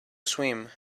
swim